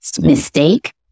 mistake